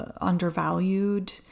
undervalued